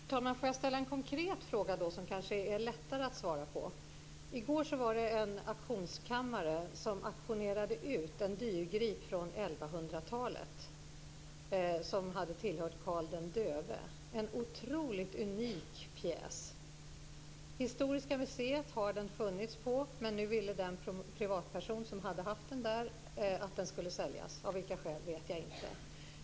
Fru talman! Jag vill ställa en konkret fråga som kanske är lättare att svara på. I går auktionerade en auktionskammare ut en dyrgrip från 1100-talet och som hade tillhört Karl den döve. Det är en otroligt unik pjäs. Den har funnits på Historiska museet. Men nu ville den privatperson som hade lånat ut den dit att den skulle säljas. Av vilka skäl vet jag inte.